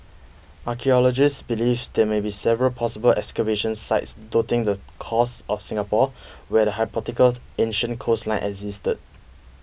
archaeologists believe there may be several possible excavation sites dotting the coast of Singapore where the ancient coastline existed